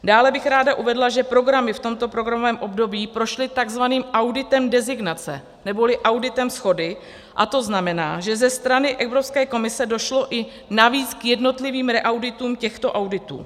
Dále bych ráda uvedla, že programy v tomto programovém období prošly tzv. auditem designace neboli auditem shody, a to znamená, že ze strany Evropské komise došlo i navíc k jednotlivým reauditům těchto auditů.